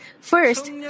First